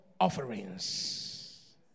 offerings